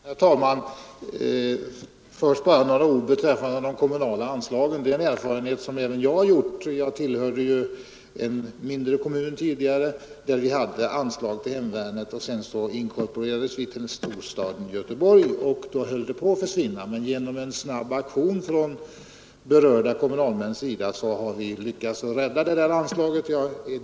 Herr talman! Först vill jag säga några ord beträffande de kommunala anslagen. Även jag tillhörde tidigare en mindre kommun där vi hade anslag till hemvärnet. När vi inkorporerades med storstaden Göteborg höll anslaget på att försvinna, men genom en snabb aktion från berörda kommunalmäns sida har anslaget kunnat räddas.